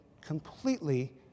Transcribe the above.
completely